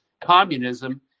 communism